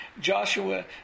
Joshua